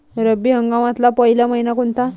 रब्बी हंगामातला पयला मइना कोनता?